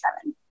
seven